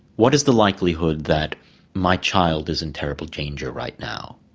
what is the likelihood that my child is in terrible danger right now?